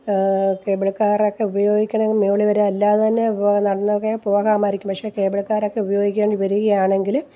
cable car ഒക്കെ ഉപയോഗിക്കുകയാണെങ്കിൽ മുകളിൽ വരും അല്ലാതെ തന്നെ നടന്നൊക്കെ പോകാമായിരിക്കും പക്ഷെ കേബിൾ കാര് ഒക്കെ ഉപയോഗിക്കേണ്ടി വരികയാണെങ്കിൽ